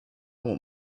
want